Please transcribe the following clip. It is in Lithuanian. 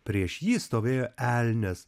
prieš jį stovėjo elnias